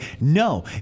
no